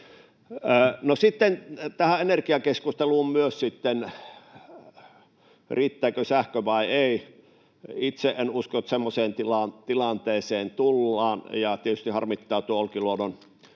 sitten tähän energiakeskusteluun myös, riittääkö sähkö vai ei. Itse en usko, että semmoiseen tilanteeseen tullaan, ja tietysti harmittaa tuo Olkiluodon